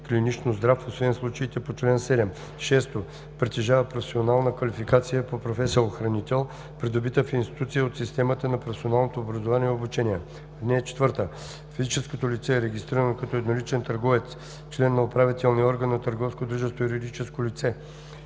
клинично здраво, освен в случая по чл. 7; 6. притежава професионална квалификация по професия „Охранител“, придобита в институция от системата на професионалното образование и обучение. (4) Физическото лице, регистрирано като едноличен търговец, член на управителния орган на търговското